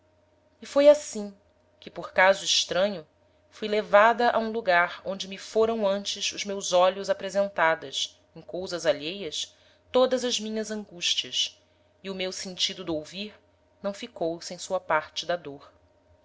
e foi assim que por caso estranho fui levada a um lugar onde me foram ante os meus olhos apresentadas em cousas alheias todas as minhas angustias e o meu sentido d'ouvir não ficou sem sua parte da dôr